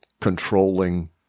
controlling